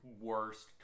worst